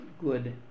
good